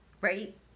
right